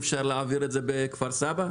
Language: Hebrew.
ואי אפשר להעביר את זה בכפר סבא?